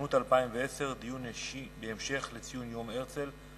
ציונות 2010, דיון אישי, בהמשך לציון יום הרצל.